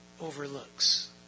overlooks